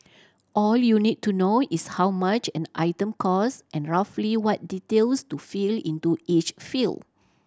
all you need to know is how much an item cost and roughly what details to fill into each field